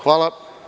Hvala.